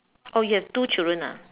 oh you have two children ah